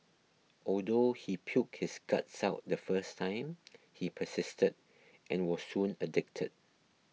although he puked his guts out the first time he persisted and was soon addicted